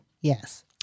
Yes